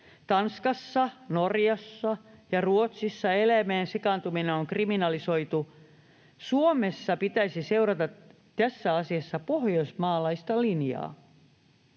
Tanskassa, Norjassa ja Ruotsissa eläimeen sekaantuminen on kriminalisoitu. Suomessa pitäisi seurata tässä asiassa pohjoismaalaista linjaa.